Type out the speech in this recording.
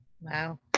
Wow